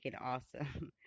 awesome